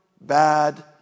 bad